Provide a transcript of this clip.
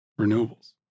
renewables